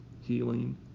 healing